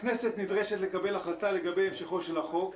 הכנסת נדרשת לקבל החלטה לגבי המשכו של החוק,